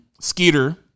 Skeeter